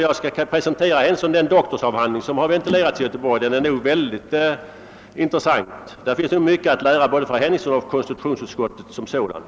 Jag skall presentera herr Henningsson den doktorsavhandling som har ventilerats i Göteborg. Den är ytterst intressant, och där finns säkerligen mycket att lära för både herr Henningsson och konstitutionsutskottet som sådant.